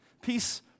peace